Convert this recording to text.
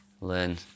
learn